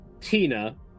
Tina